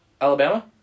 Alabama